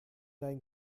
dein